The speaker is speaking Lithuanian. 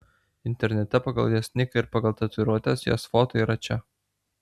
internete pagal jos niką ir pagal tatuiruotes jos foto yra čia